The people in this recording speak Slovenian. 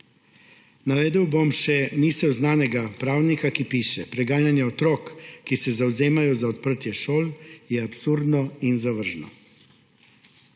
Navedel bom še misel znanega pravnika, ki piše: »Preganjanje otrok, ki se zavzemajo za odprtje šol, je absurdno in zavržno.«